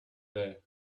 there